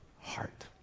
heart